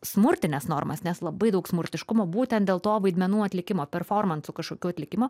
smurtines normas nes labai daug smurtiškumo būtent dėl to vaidmenų atlikimo performansų kažkokių atlikimo